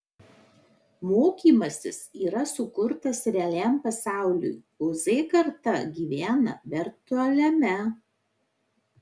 mokymasis yra sukurtas realiam pasauliui o z karta gyvena virtualiame